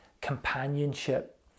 companionship